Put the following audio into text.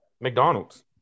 McDonald's